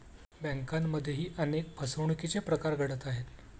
बँकांमध्येही अनेक फसवणुकीचे प्रकार घडत आहेत